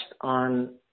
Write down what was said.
on